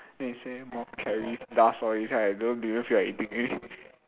then they say moth carries dust all this right I don't even feel like eating already